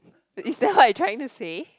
is that what you trying to say